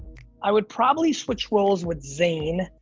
i would probably switch roles with zain,